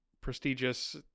prestigious